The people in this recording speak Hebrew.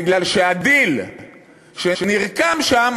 בגלל שהדיל שנרקם שם,